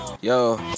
Yo